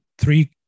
three